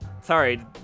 sorry